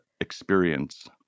experience